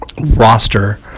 roster